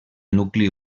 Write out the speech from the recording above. nucli